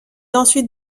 ensuite